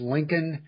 Lincoln